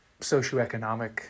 socioeconomic